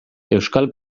euskal